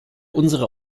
unsere